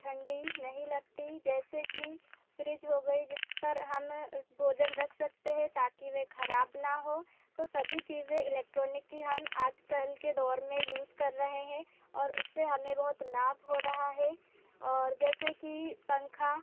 ठंडी नहीं लगती जैसे कि फ़्रिज हो गई जिस पर हम भोजन रख सकते है ताकि वे ख़राब ना हो तो सभी चीज़ें इलेक्ट्रॉनिक की हम आज कल के दौर में यूज़ कर रहे हैं और उससे हमें बहुत लाभ हो रहा है और जैसे कि पंखा